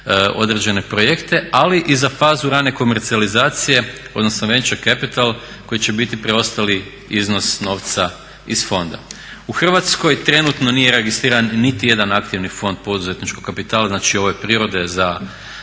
određen projekte, ali i za fazu rane komercijalizacije odnosno … koji će biti preostali iznos novca iz fonda. U Hrvatskoj trenutno nije registriran niti jedan aktivan fond poduzetničkog kapitala, znači ove prirode za